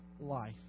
life